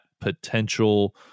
potential